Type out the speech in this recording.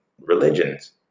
religions